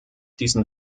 diesen